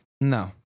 No